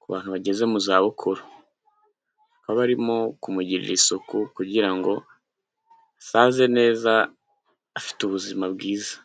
ku bantu bageze mu zabukuru, aho barimo kumugirira isuku kugira ngo asaze neza afite ubuzima bwiza.